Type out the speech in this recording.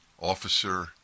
Officer